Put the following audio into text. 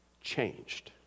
changed